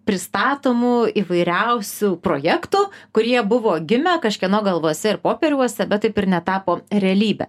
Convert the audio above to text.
pristatomų įvairiausių projektų kurie buvo gimę kažkieno galvose ir popieriuose bet taip ir netapo realybe